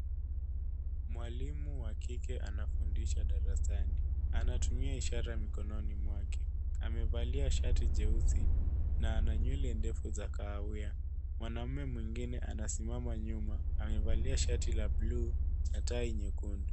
Mwalimu wa kike anafundisha darasani. Anatumia ishara mkononi mwake. Amevalia shati jeusi na ana nywele ndefu za kahawia. Mwanamume mwingine anasimama nyuma. Amevalia shati la buluu na tai nyekundu.